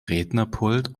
rednerpult